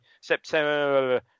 September